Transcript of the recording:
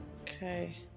Okay